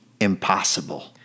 impossible